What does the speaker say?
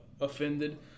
offended